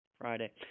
Friday